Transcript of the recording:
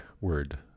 word